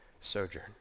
sojourn